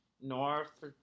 north